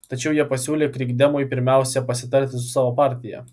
tačiau jie pasiūlė krikdemui pirmiausia pasitarti su savo partija